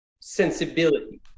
sensibility